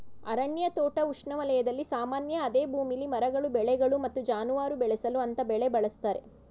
ಅರಣ್ಯ ತೋಟ ಉಷ್ಣವಲಯದಲ್ಲಿ ಸಾಮಾನ್ಯ ಅದೇ ಭೂಮಿಲಿ ಮರಗಳು ಬೆಳೆಗಳು ಮತ್ತು ಜಾನುವಾರು ಬೆಳೆಸಲು ಅಂತರ ಬೆಳೆ ಬಳಸ್ತರೆ